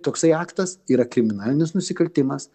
toksai aktas yra kriminalinis nusikaltimas